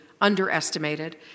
underestimated